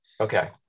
Okay